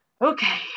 okay